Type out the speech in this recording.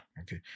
okay